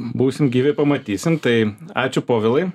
būsim gyvi pamatysim tai ačiū povilai